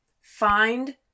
find